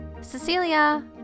Cecilia